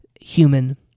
human